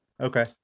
Okay